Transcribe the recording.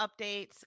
updates